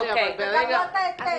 וגם לא את ההיתר.